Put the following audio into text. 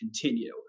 continue